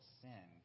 sin